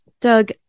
Doug